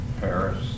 Paris